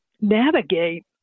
navigate